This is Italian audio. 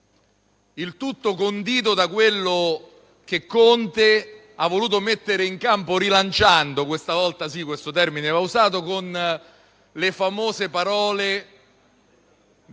il tutto condito da quello che Conte ha voluto mettere in campo rilanciando - questa volta il termine va usato - le famose parole